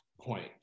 point